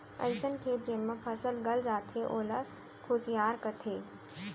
अइसन खेत जेमा फसल गल जाथे ओला खुसियार कथें